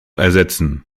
ersetzen